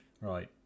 Right